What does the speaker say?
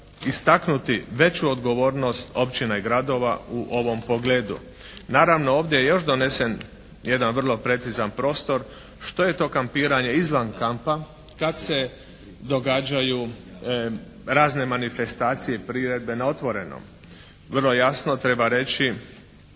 istaknuti veću odgovornost općina i gradova u ovom pogledu. Naravno ovdje je još donesen jedan vrlo precizan prostor što je to kampiranje izvan kampa kad se događaju razne manifestacije, priredbe na otvorenom. Vrlo jasno treba reći